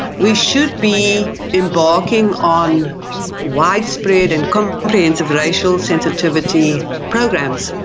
we should be embarking on widespread and comprehensive racial sensitivity programs.